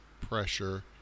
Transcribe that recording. pressure